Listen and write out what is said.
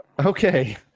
Okay